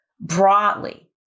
broadly